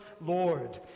Lord